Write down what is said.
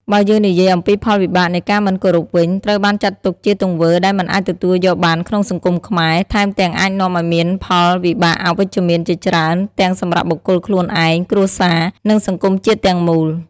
បើយើងនិយាយអំពីផលវិបាកនៃការមិនគោរពវិញ ត្រូវបានចាត់ទុកជាទង្វើដែលមិនអាចទទួលយកបានក្នុងសង្គមខ្មែរ ថែមទាំងអាចនាំឲ្យមានផលវិបាកអវិជ្ជមានជាច្រើនទាំងសម្រាប់បុគ្គលខ្លួនឯង គ្រួសារ និងសង្គមជាតិទាំងមូល។